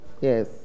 Yes